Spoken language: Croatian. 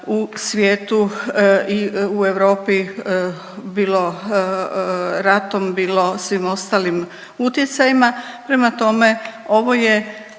u svijetu i u Europi, bilo ratom, bilo svim ostalim utjecajima, prema tome, ovo je